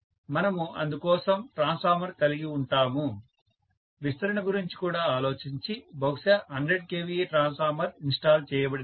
మనము అందుకోసం ట్రాన్స్ఫార్మర్ కలిగి ఉంటాము విస్తరణ గురించి కూడా ఆలోచించి బహుశా 100 kVA ట్రాన్స్ఫార్మర్ ఇన్స్టాల్ చేయబడింది